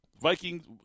Vikings